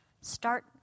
start